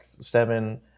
seven